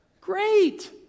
great